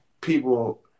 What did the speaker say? people